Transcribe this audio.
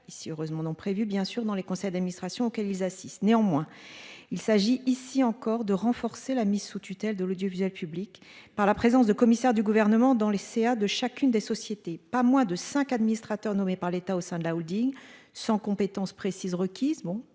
ici heureusement non prévues bien sûr dans les conseils d'administration auxquels ils assistent. Néanmoins, il s'agit ici encore de renforcer la mise sous tutelle de l'audiovisuel public par la présence de commissaire du gouvernement dans les CA de chacune des sociétés pas moins de 5 administrateurs nommés par l'État au sein de la Holding sans compétence précise requise. Bon